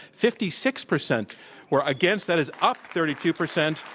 fifty six percent were against. that is up thirty two percent.